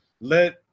Let